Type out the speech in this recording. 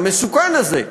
המסוכן הזה,